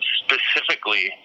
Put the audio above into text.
specifically